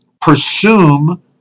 presume